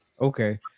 Okay